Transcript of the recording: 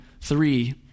three